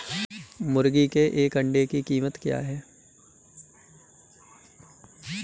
मुर्गी के एक अंडे की कीमत क्या है?